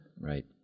right